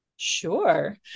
Sure